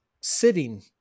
sitting